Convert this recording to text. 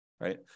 right